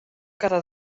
quedar